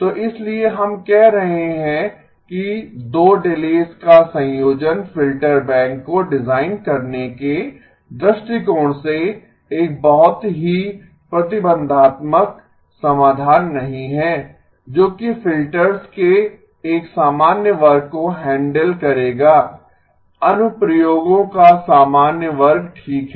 तो इसीलिए हम कह रहे हैं कि 2 डिलेस का संयोजन फिल्टर बैंक को डिजाइन करने के दृष्टिकोण से एक बहुत ही प्रतिबंधात्मक समाधान नहीं है जो कि फिल्टर्स के एक सामान्य वर्ग को हैंडल करेगा अनुप्रयोगों का सामान्य वर्ग ठीक है